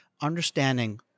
Understanding